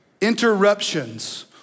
interruptions